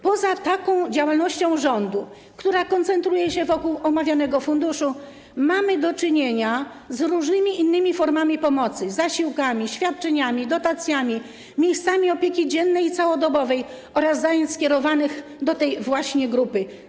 Poza taką działalnością rządu, która koncentruje się wokół omawianego funduszu, mamy do czynienia z różnymi innymi formami pomocy: zasiłkami, świadczeniami, dotacjami, miejscami opieki dziennej i całodobowej oraz zajęciami skierowanymi do tej właśnie grupy.